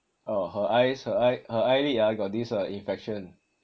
orh her eyes her eye her eyelid ah got this uh infection